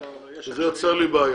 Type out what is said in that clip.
זה יוצר לי בעיה.